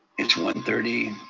it's one thirty,